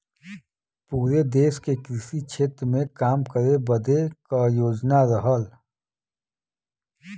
पुरे देस के कृषि क्षेत्र मे काम करे बदे क योजना रहल